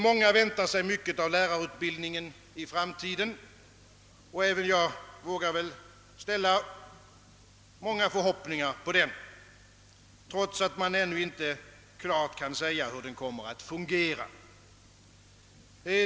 Många väntar sig mycket av lärarutbildningen i framtiden, och även jag vågar väl ställa många förhoppningar på den, trots att man ännu inte klart kan säga hur den kommer att fungera.